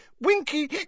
Winky